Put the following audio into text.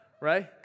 Right